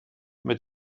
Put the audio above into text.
mit